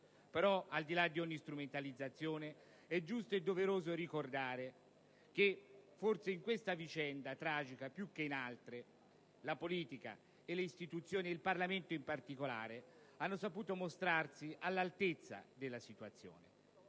Però, al di là di ogni strumentalizzazione, è giusto e doveroso ricordare che, forse, in questa vicenda tragica più che in altre, la politica e le istituzioni, il Parlamento in particolare, hanno saputo mostrarsi all'altezza della situazione.